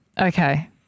Okay